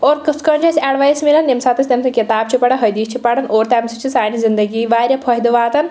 اور کِتھ کٲٹھی چھِ اسہِ ایٚڈوایس میلان ییٚمہِ ساتہٕ أسۍ تٔمۍ سٕنٛز کتاب چھِ پران حدیٖث چھِ پران اور تَمہِ سۭتۍ چھُ سانہِ زنٛدگی واریاہ فٲیدٕ واتان